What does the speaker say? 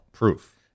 proof